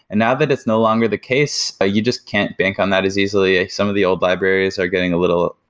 and now that it's no longer the case, you just can't bank on that as easily some of the old libraries are getting a little,